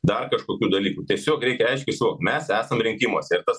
dar kažkokių dalykų tiesiog reikia aiškiai sakau mes esam rinkimuose ir tas